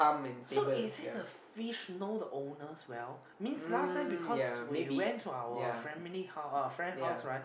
so is it the fish know the owners well means last time because we went to our family house uh friend house right